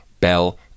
Bell